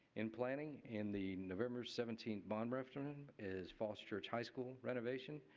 in planning in the november seventeenth bond referendum is falls church high school renovation.